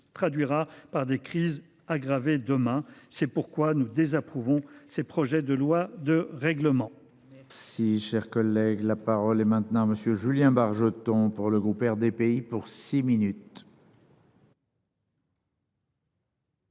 traduira par l’aggravation des crises demain. C’est pourquoi nous désapprouvons ces projets de loi de règlement.